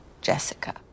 Jessica